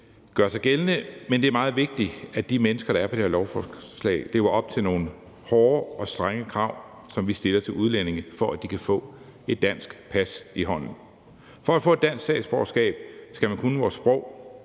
gøre sig gældende, men det er meget vigtigt, at de mennesker, der er på det her lovforslag, lever op til nogle hårde og strenge krav, som vi stiller til udlændinge, for at de kan få et dansk pas i hånden. For at få et dansk statsborgerskab skal man kunne vores sprog;